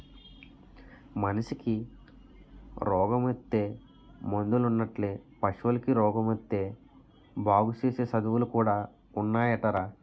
మనిసికి రోగమొత్తే మందులున్నట్లే పశువులకి రోగమొత్తే బాగుసేసే సదువులు కూడా ఉన్నాయటరా